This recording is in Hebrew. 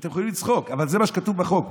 אתם יכולים לצחוק, אבל זה מה שכתוב בחוק.